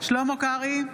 שלמה קרעי,